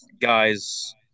guys –